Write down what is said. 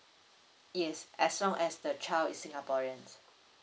yes as long as the child is singaporean